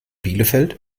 bielefeld